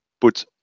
put